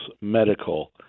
medical